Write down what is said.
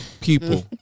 people